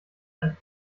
ein